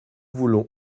voulons